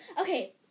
Okay